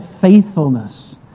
faithfulness